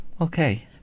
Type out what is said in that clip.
Okay